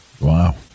Wow